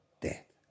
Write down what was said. death